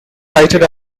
cited